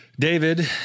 David